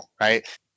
right